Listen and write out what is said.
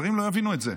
זרים לא יבינו את זה.